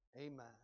Amen